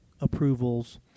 approvals